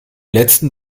letzten